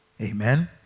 amen